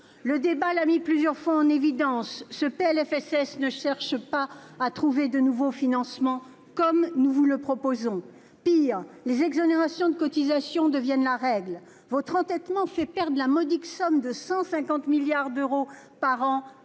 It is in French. Le débat l'a mis plusieurs fois en évidence : ce PLFSS ne cherche pas à trouver de nouveaux financements, comme nous vous le proposons. Pis, les exonérations de cotisations deviennent la règle ! Votre entêtement fait perdre la modique somme de 150 milliards d'euros par an